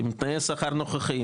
עם תנאי השכר הנוכחיים,